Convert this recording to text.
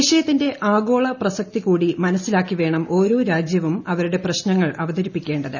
വിഷയത്തിന്റെ ആഗോളപ്രസക്തി കൂടി മനസിലാക്കിവേണം ഓരോ രാജ്യവും അവരുടെ പ്രശ്നങ്ങൾ അവതരിപ്പിക്കേണ്ടത്